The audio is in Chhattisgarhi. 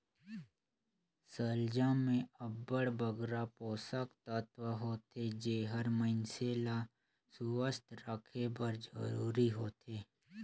सलजम में अब्बड़ बगरा पोसक तत्व होथे जेहर मइनसे ल सुवस्थ रखे बर जरूरी होथे